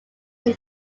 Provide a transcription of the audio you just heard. him